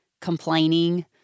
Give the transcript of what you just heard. complaining